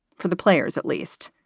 for the players at least.